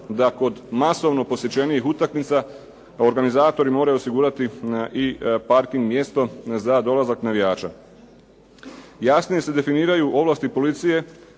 da kod masovno posjećenijih utakmica organizatori moraju osigurati i parking mjesto za dolazak navijača. Jasnije se definiraju ovlasti policije,